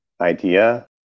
idea